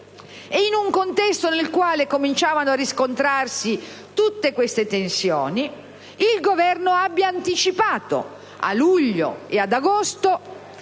e in un contesto nel quale cominciavano a riscontrarsi tutte queste tensioni, il Governo abbia anticipato, a luglio e ad agosto,